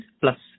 plus